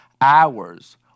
hours